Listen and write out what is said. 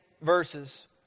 verses